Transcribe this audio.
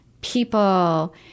people